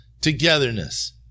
togetherness